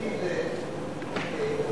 לך